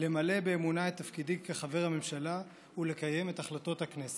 למלא באמונה את תפקידי כחבר הממשלה ולקיים את החלטות הכנסת.